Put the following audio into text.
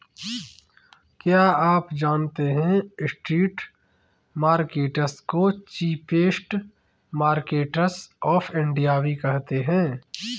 क्या आप जानते है स्ट्रीट मार्केट्स को चीपेस्ट मार्केट्स ऑफ इंडिया भी कहते है?